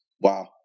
Wow